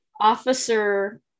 Officer